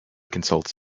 consults